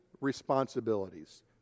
responsibilities